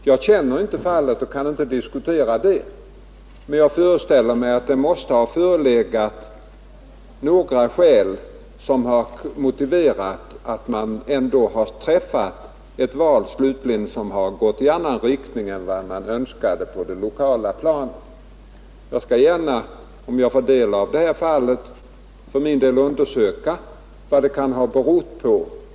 Jag känner inte fallet och kan inte diskutera det, men jag föreställer mig att det måste ha förelegat några skäl som har motiverat att det träffats ett val som har gått i annan riktning än man önskade på det lokala planet. Jag skall gärna, om jag får del av omständigheterna, undersöka vad det kan ha berott på.